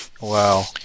Wow